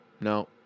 No